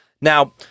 Now